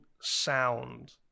sound